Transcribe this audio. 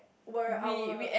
were our